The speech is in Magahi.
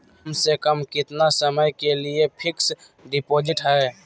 कम से कम कितना समय के लिए फिक्स डिपोजिट है?